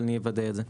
אבל אני אוודא את זה.